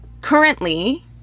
currently